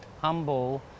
humble